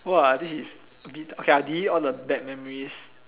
!wah! this is a bit okay I will delete all the bad memories